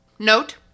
Note